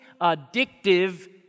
addictive